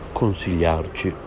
consigliarci